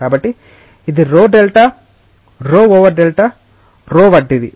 కాబట్టి ఇది rho delta p over delta rho వంటిది